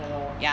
orh